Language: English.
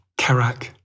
Karak